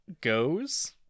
goes